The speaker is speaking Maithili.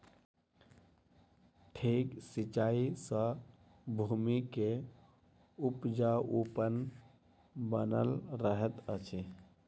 ठीक सिचाई सॅ भूमि के उपजाऊपन बनल रहैत अछि